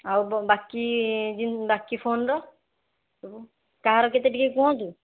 ଆଉ ବାକି ବାକି ଫୋନ୍ର ସବୁ କାହାର କେତେ ଟିକିଏ କୁହନ୍ତୁ